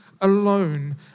alone